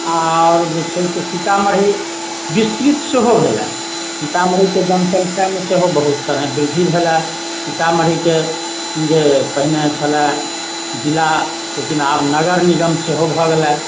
आओर जे छै से सीतामढ़ी विस्तृत सेहो भेलऽ सीतामढ़ीमे सेहो बहुत तरहकेँ वृद्धि भेलै सीतामढ़ीकेँ जे पहिने छलै जिला लेकिन आब नगर निगम सेहो भऽ गेल अइ